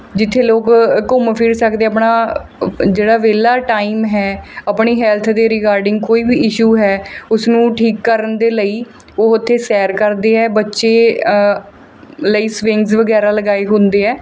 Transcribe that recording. ਜਿੱਥੇ ਲੋਕ ਘੁੰਮ ਫਿਰ ਸਕਦੇ ਆਪਣਾ ਜਿਹੜਾ ਵਿਹਲਾ ਟਾਈਮ ਹੈ ਆਪਣੀ ਹੈਲਥ ਦੇ ਰੀਗਾਰਡਿੰਗ ਕੋਈ ਵੀ ਇਸ਼ੂ ਹੈ ਉਸ ਨੂੰ ਠੀਕ ਕਰਨ ਦੇ ਲਈ ਉਹ ਉੱਥੇ ਸੈਰ ਕਰਦੇ ਹੈ ਬੱਚੇ ਲਈ ਸਵਿੰਗਜ਼ ਵਗੈਰਾ ਲਗਾਏ ਹੁੰਦੇ ਹੈ